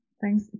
Thanks